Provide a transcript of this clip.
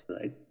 right